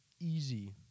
easy